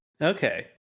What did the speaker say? Okay